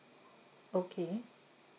okay